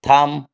থাম